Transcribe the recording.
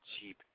cheap